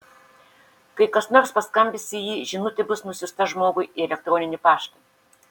kai kas nors paskambins į jį žinutė bus nusiųsta žmogui į elektroninį paštą